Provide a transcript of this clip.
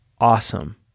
awesome